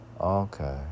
Okay